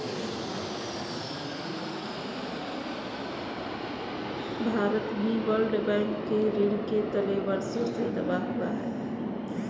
भारत भी World Bank के ऋण के तले वर्षों से दबा हुआ है